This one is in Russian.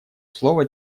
слово